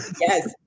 Yes